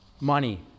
money